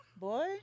boy